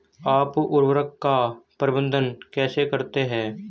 आप उर्वरक का प्रबंधन कैसे करते हैं?